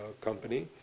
company